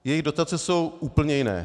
Jejich dotace jsou úplně jiné.